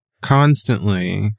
constantly